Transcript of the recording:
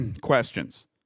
Questions